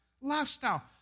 lifestyle